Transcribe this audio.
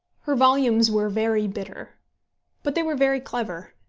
her volumes were very bitter but they were very clever,